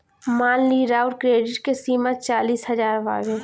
मान ली राउर क्रेडीट के सीमा चालीस हज़ार बावे